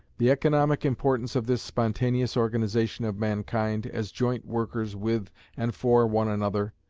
the economic importance of this spontaneous organization of mankind as joint workers with and for one another,